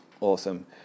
Awesome